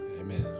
Amen